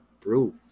proof